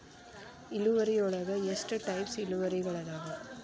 ಇಳುವರಿಯೊಳಗ ಎಷ್ಟ ಟೈಪ್ಸ್ ಇಳುವರಿಗಳಾದವ